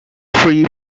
three